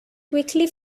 quickly